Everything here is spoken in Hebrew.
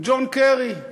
ג'ון קרי.